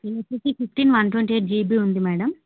దీనికి one twenty eight GB బీ ఉంది మేడమ్